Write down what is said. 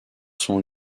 sont